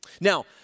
Now